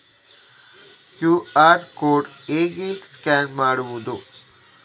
QR code ಹೇಗೆ scan ಮಾಡುವುದು?